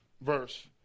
verse